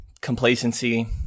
complacency